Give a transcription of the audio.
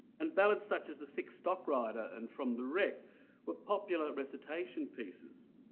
and ballads such as the six stock rider and from the wreck were popular recitation pieces.